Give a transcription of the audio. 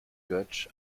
götsch